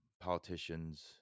politicians